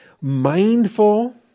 Mindful